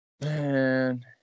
Man